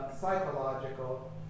psychological